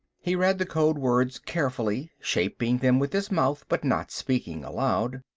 he read the code words carefully, shaping them with his mouth but not speaking aloud,